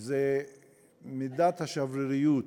הוא מידת השבריריות